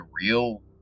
real